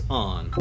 on